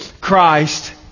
Christ